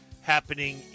happening